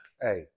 hey